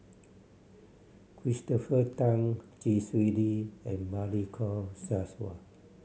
Christopher Tan Chee Swee Lee and Balli Kaur Jaswal